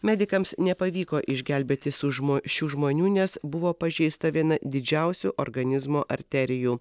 medikams nepavyko išgelbėti su žmo šių žmonių nes buvo pažeista viena didžiausių organizmo arterijų